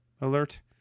alert